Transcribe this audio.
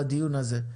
לדיון הזה.